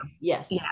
yes